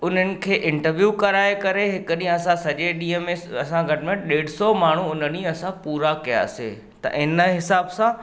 उन्हनि खे इंटरव्यू कराए करे हिकु ॾींहुं असां सॼे ॾींहुं में असां घटि में घटि ॾेढ सौ माण्हू उन ॾींहुं असां पूरा कयोसीं त इन हिसाब सां